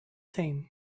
same